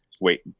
wait